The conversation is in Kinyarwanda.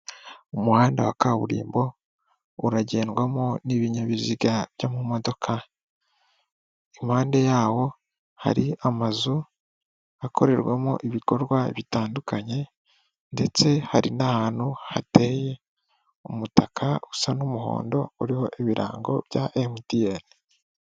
Umuhanda wa kaburimbo uragendwamo n'ibinyabiziga byo mumodoka, impande yawo hari amazu akorerwamo ibikorwa bitandukanye, ndetse hari n'ahantu hateye umutaka usa n'umuhondo uriho ibirango bya emutiyene.